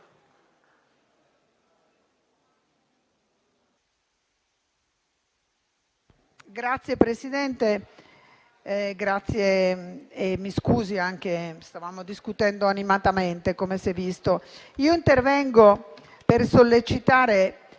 Signor Presidente, mi scusi se stavamo discutendo animatamente, come si è visto. Intervengo per sollecitare